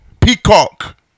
Peacock